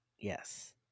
yes